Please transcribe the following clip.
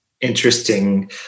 interesting